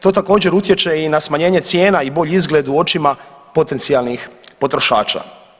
To također utječe i na smanjenje cijena i bolji izgled u očima potencijalnih potrošača.